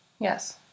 Yes